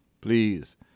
Please